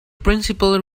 principal